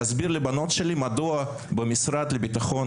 להסביר לבנות שלי מדוע במשרד לביטחון